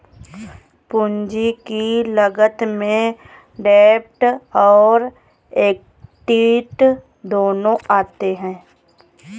पूंजी की लागत में डेब्ट और एक्विट दोनों आते हैं